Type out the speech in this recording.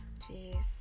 Jeez